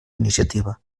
iniciativa